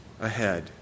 ahead